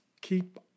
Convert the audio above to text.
Keep